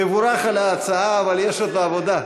תבורך על ההצעה, אבל יש עוד עבודה.